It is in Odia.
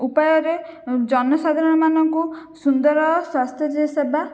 ଉପାୟରେ ଜନସାଧାରଣମାନଙ୍କୁ ସୁନ୍ଦର ସ୍ୱାସ୍ଥ୍ୟ ଯେ ସେବା